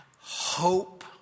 hope